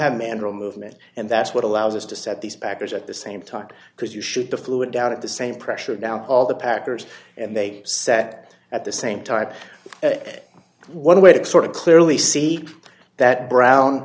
have a mandrel movement and that's what allows us to set these backers at the same time because you shoot the fluid down at the same pressure down all the packers and they set at the same time one way to sort of clearly see that brown